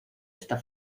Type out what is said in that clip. esta